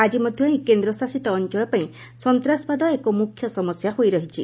ଆଜି ମଧ୍ୟ ଏହି କେନ୍ଦ୍ରଶାସିତ ଅଞ୍ଚଳ ପାଇଁ ସନ୍ତାସବାଦ ଏକ ମ୍ରଖ୍ୟ ସମସ୍ୟା ହୋଇ ରହିଛି